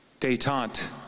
detente